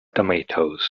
tomatoes